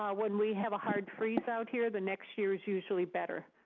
ah when we have a hard freeze out here, the next year's usually better.